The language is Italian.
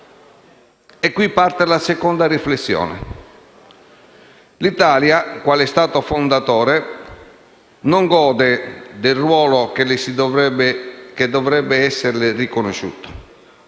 origina la mia seconda riflessione. L'Italia, quale Stato fondatore, non gode del ruolo che dovrebbe esserle riconosciuto